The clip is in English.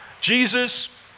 Jesus